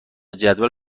جدول